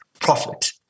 profit